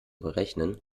berechnen